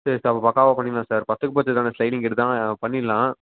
சரி சார் அப்போ பக்காவாக பண்ணிடலாம் சார் பத்துக்குப் பத்து தான் ஸ்லைடிங் கேட்டு தான் பண்ணிடலாம்